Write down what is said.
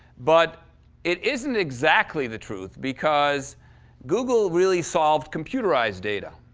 but it isn't exactly the truth, because google really solved computerized data.